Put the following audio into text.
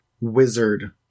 wizard